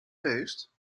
feest